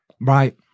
Right